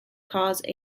cause